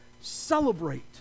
celebrate